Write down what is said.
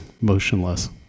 motionless